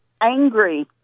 Angry